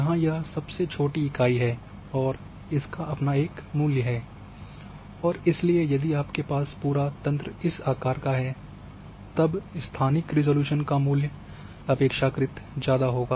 यहां यह सबसे छोटी इकाई हैं और इसका अपना एक मूल्य होगा और इसलिए यदि आपके पास पूरा तंत्र इस आकार का है तो स्थानिक रिज़ॉल्यूशन का मूल्य अपेक्षाकृत ज़्यादा होगा